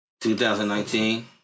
2019